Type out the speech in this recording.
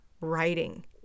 writing